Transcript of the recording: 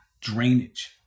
drainage